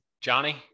Johnny